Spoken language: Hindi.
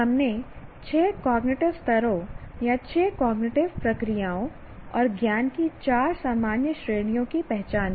हमने छह कॉग्निटिव स्तरों या छह कॉग्निटिव प्रक्रियाओं और ज्ञान की 4 सामान्य श्रेणियों की पहचान की